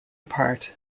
apart